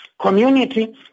Community